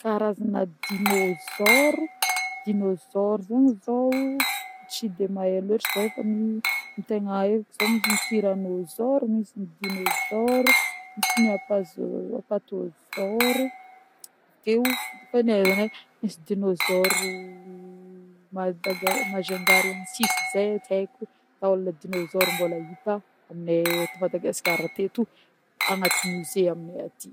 Karazagna dinôzoro: dinôzoro zany zô tsy de mahe loatra zeh fô mi-ny tegna eko zô misy ny tiranôzoro, misy ny dinôzoro, misy ny apazôro-apatazôro avy akeo, misy dinôzoro madaga-majungariensis ze tsy eko tôlagna dinôzoro mbôla hita amineh eto Madagasikara teto agnatiny musée amineh aty.